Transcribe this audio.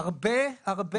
הרבה-הרבה